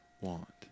want